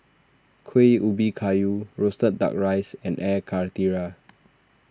Kuih Ubi Kayu Roasted Duck Rice and Air Karthira